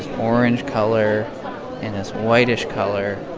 orange color and this whitish color,